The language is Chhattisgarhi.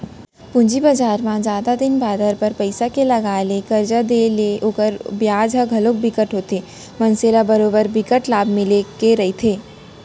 पूंजी बजार म जादा दिन बादर बर पइसा के लगाय ले करजा देय ले ओखर बियाज ह घलोक बिकट होथे मनसे ल बरोबर बिकट लाभ मिले के रहिथे